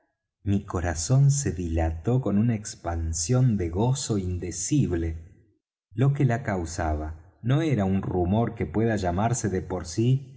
mi corazón se dilató con una expansión de gozo indecible lo que la causaba no era un rumor que pueda llamarse de por sí